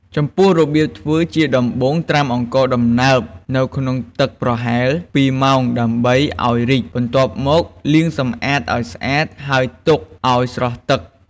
ចំពោះរបៀបធ្វើ ជាដំបូង ត្រាំអង្ករដំណើបនៅក្នុងទឹកប្រហែល ២ម៉ោងដើម្បីឱ្យរីក បន្ទាប់មកលាងសម្អាតឱ្យស្អាតហើយទុកឱ្យស្រស់ទឹក។